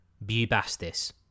Bubastis